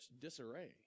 disarray